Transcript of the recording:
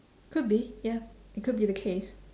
could be ya it could be the case